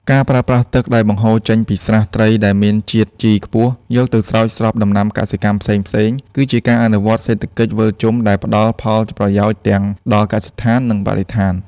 ការប្រើប្រាស់ទឹកដែលបង្ហូរចេញពីស្រះត្រីដែលមានជាតិជីខ្ពស់ យកទៅស្រោចស្រពដំណាំកសិកម្មផ្សេងៗ គឺជាការអនុវត្តសេដ្ឋកិច្ចវិលជុំដែលផ្ដល់ផលប្រយោជន៍ទាំងដល់កសិដ្ឋាន និងបរិស្ថាន។